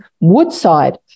Woodside